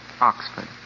Oxford